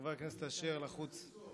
חבר הכנסת אשר, לחוץ.